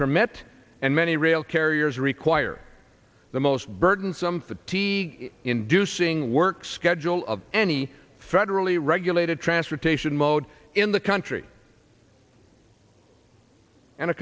permit and many rail carriers require the most burdensome the tea inducing work schedule of any federally regulated transportation mode in the country and a